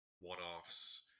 one-offs